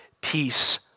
peace